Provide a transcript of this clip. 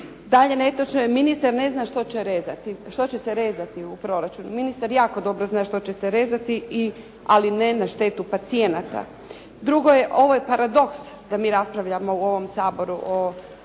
Dalje netočno je ministar ne zna što će se rezati u proračunu. Ministar jako dobro zna što će se rezati ali ne na štetu pacijenata. Drugo je, ovo je paradoks da mi raspravljamo u ovom Saboru o ovoj